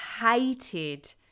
hated